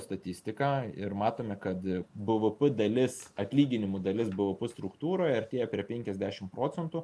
statistika ir matome kad bv dalis atlyginimų dalis buvo struktūroj artėja prie penkiasdešim procentų